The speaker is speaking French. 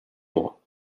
mois